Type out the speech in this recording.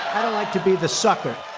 i don't like to be the sucker.